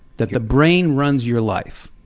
that the brain runs your life,